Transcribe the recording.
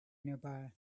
nearby